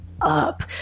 up